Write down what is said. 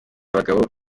abagabo